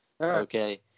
Okay